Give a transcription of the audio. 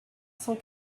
cent